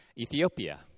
Ethiopia